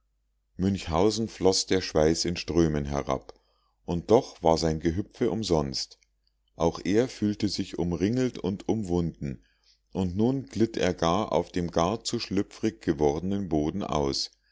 münchhausen floß der schweiß in strömen herab und doch war sein gehüpfe umsonst auch er fühlte sich umringelt und umwunden und nun glitt er gar auf dem gar zu schlüpfrig gewordenen boden aus